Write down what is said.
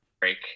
break